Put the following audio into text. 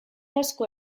asko